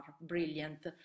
brilliant